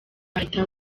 ahita